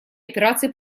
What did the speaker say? операции